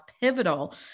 pivotal